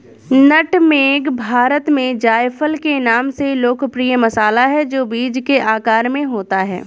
नट मेग भारत में जायफल के नाम से लोकप्रिय मसाला है, जो बीज के आकार में होता है